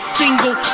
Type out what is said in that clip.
single